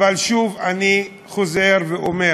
אבל אני שוב חוזר ואומר,